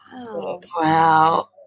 Wow